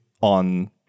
on